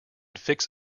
fix